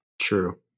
True